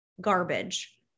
garbage